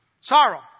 Sorrow